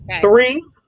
Three